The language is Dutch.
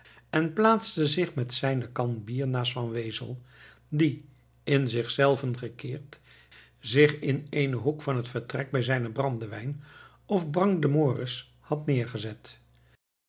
en plaatste zich met zijne kan bier naast van wezel die in zichzelven gekeerd zich in eenen hoek van het vertrek bij zijnen brandewijn of brangdemoris had neergezet